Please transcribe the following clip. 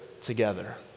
together